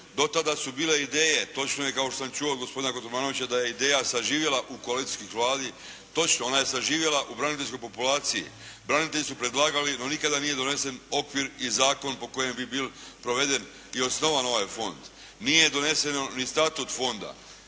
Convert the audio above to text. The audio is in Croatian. Do tada su bile ideje, točno je kao što sam čuo od gospodina Kotromanovića da je ideja saživjela u koalicijskoj Vladi. Točno je, ona je saživjela u braniteljskoj populaciji. Branitelji su predlagali, no nikada nije donesen okvir i zakon po kojem bi bio proveden i osnovan ovaj fond. Nije doneseno ni statut fonda.